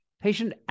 patient